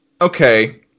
okay